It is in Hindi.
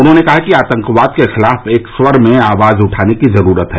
उन्होंने कहा कि आंतकवाद के खिलाफ एक स्वर में आवाज उठाने की जरूरत है